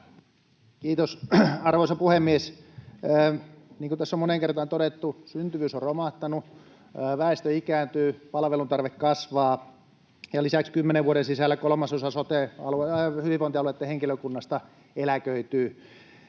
Kiitos, arvoisa puhemies! Niin kuin tässä on moneen kertaan todettu, syntyvyys on romahtanut, väestö ikääntyy, palveluntarve kasvaa, ja lisäksi kymmenen vuoden sisällä kolmasosa hyvinvointialueitten henkilökunnasta eläköityy.